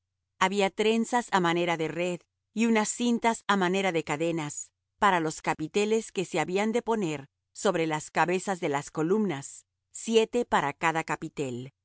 había trenzas á manera de red y unas cintas á manera de cadenas para los capiteles que se habían de poner sobre las cabezas de las columnas siete para cada capitel